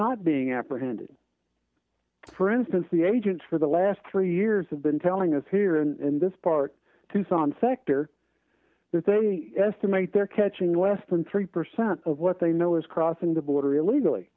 not being apprehended for instance the agents for the last three years have been telling us here in this part tucson sector that they estimate they're catching less than three percent of what they know is crossing the border illegally